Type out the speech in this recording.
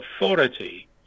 authority